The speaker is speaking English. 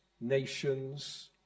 nations